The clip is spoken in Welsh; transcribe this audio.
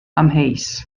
amheus